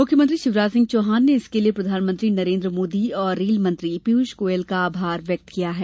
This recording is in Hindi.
मुख्यमंत्री शिवराज सिंह चौहान ने इसके लिये प्रधानमंत्री नरेन्द्र मोदी और रेल मंत्री पियूष गोयल का आभार व्यक्त किया है